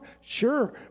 Sure